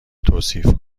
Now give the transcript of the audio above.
توصیف